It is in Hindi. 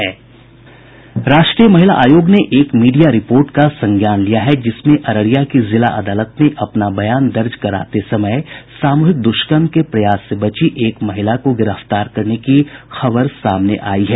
राष्ट्रीय महिला आयोग ने एक मीडिया रिपोर्ट का संज्ञान लिया है जिसमें अररिया की जिला अदालत में अपना बयान दर्ज कराते समय सामूहिक दुष्कर्म के प्रयास से बची एक महिला को गिरफ्तार करने की खबर सामने आई है